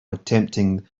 attempting